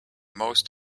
most